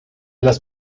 las